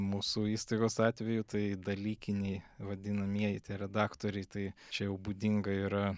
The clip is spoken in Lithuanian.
mūsų įstaigos atveju tai dalykiniai vadinamieji redaktoriai tai čia jau būdinga yra